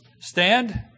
stand